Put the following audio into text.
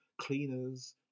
cleaners